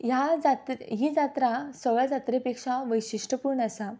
ह्या जात्रे ही जात्रा सगळ्या जात्रे पेक्षा वैशिश्टपूर्ण आसा